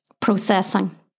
processing